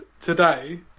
today